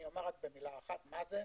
אומר במילה אחת מה זה: